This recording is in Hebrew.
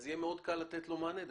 מאוד קל יהיה לתת לו מענה.